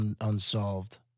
unsolved